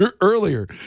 earlier